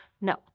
No